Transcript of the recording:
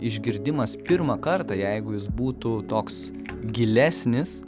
išgirdimas pirmą kartą jeigu jis būtų toks gilesnis